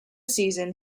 season